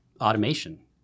automation